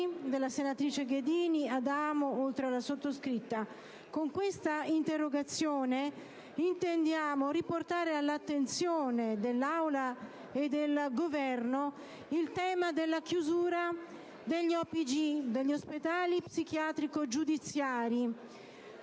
Passoni, Ghedini, Adamo, oltre che della sottoscritta. Con questa interrogazione intendiamo riportare all'attenzione dell'Aula e del Governo il tema della chiusura degli ospedali psichiatrici giudiziari